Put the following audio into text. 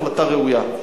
החלטה ראויה.